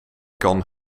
kan